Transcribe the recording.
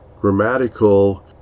grammatical